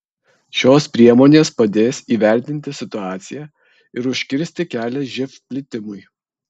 šios priemonės padės įvertinti situaciją ir užkirsti kelią živ plitimui